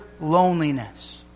loneliness